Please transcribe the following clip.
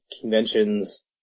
conventions